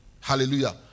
Hallelujah